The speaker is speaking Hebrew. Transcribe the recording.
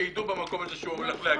שיידעו במקום הזה שהוא הולך להגיע.